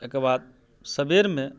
एहिके बाद सबेरमे